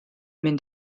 mynd